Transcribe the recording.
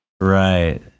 Right